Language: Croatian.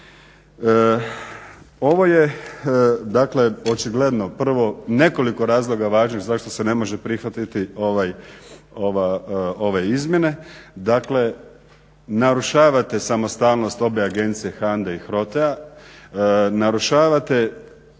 Ovo je dakle očigledno prvo nekoliko razloga važnih zašto se ne može prihvatiti ove izmjene dakle narušavate samostalnost obje agencije HANDE i HROTE-a, narušavate i tako